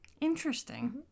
Interesting